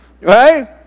right